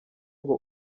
ngo